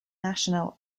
national